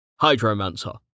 Hydromancer